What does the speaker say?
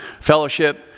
Fellowship